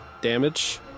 damage